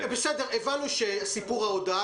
הבנו שההודעה